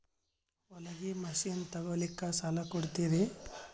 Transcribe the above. ಹೊಲಗಿ ಮಷಿನ್ ತೊಗೊಲಿಕ್ಕ ಸಾಲಾ ಕೊಡ್ತಿರಿ?